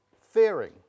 fearing